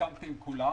שהסכמתי עם כולם,